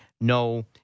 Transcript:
no